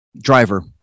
Driver